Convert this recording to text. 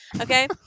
Okay